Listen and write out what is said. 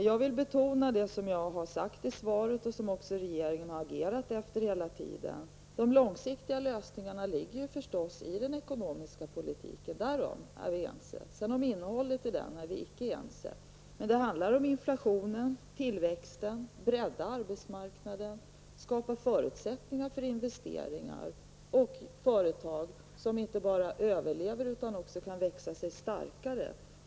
Jag vill betona att, som jag framhåller i svaret, regeringen hela tiden har agerat utifrån att de långsiktiga lösningarna förstås ligger i den ekonomiska politiken. Därom är vi ense, men vi är icke ense om innehållet i denna politik. Men det handlar om inflationen och tillväxten, och det handlar om att bredda arbetsmarknaden, att skapa förutsättningar för investeringar i företag, som inte bara överlever utan som också kan växa sig starkare.